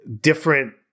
different